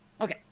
Okay